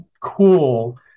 cool